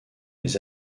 les